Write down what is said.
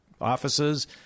offices